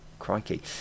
Crikey